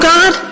God